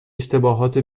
اشتباهات